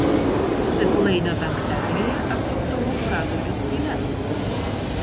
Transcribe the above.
stiklainio dangtelyje atsuktuvu praduriu skyles